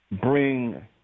bring